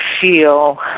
feel